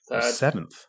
seventh